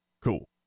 Cool